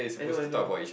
I know I know